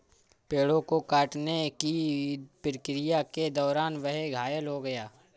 पेड़ों को काटने की प्रक्रिया के दौरान वह घायल हो गया